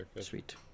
Sweet